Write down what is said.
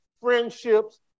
friendships